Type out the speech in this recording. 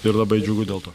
ir labai džiugu dėl to